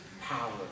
power